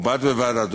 ובד בבד,